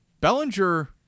Bellinger